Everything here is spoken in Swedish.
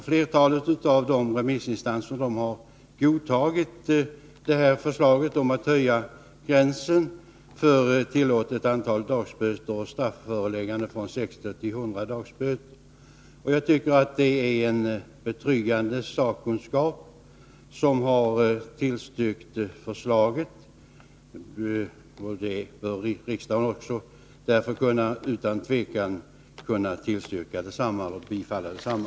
Flertalet av dessa remissinstanser har godtagit förslaget om Jag tycker att det är en betryggande sakkunskap som har tillstyrkt 14 december 1982 förslaget. Därför bör också riksdagen utan tvekan kunna bifalla detsamma.